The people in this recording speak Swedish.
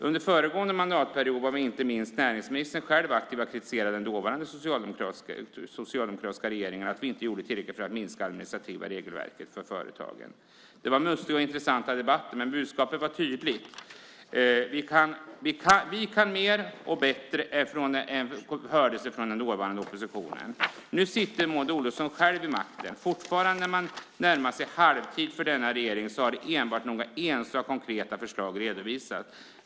Under föregående mandatperiod var inte minst näringsministern själv aktiv i att kritisera den dåvarande socialdemokratiska regeringen för att den inte gjorde tillräckligt för att minska det administrativa regelverket för företagen. Det var mustiga och intressanta debatter, men budskapet var tydligt. Vi kan mer och bättre, hördes det från den dåvarande oppositionen. Nu sitter Maud Olofsson själv vid makten. När denna regering närmar sig halvtid har fortfarande enbart några enstaka konkreta förslag redovisats.